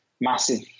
massive